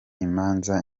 imanza